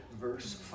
verse